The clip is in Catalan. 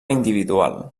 individual